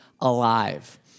alive